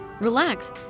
relax